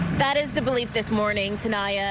that is the belief this morning, taniya.